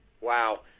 Wow